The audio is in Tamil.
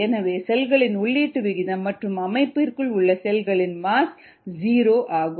எனவே செல்களின் உள்ளீட்டு விகிதம் மற்றும் அமைப்பிற்குள் உள்ள செல்களின் மாஸ் ஜீரோ ஆகும்